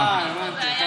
אה, הבנתי.